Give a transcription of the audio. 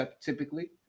typically